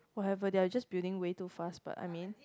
whatever they are just building way too fast but I mean